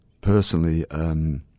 personally